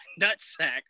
nutsack